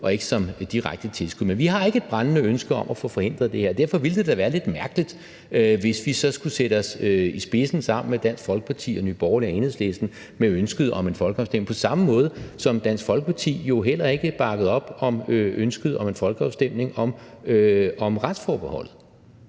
og ikke som direkte tilskud, men vi har ikke et brændende ønske om at få det forhindret. Og derfor ville de da være lidt mærkeligt, hvis vi så skulle sætte os i spidsen sammen med Dansk Folkeparti, Nye Borgerlige og Enhedslisten med ønsket om en folkeafstemning på samme måde, som Dansk Folkeparti jo heller ikke bakkede op om ønsket om en folkeafstemning om retsforbeholdet.